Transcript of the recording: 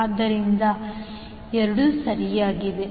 ಆದ್ದರಿಂದ ಎರಡೂ ಸರಿಯಾಗಿವೆ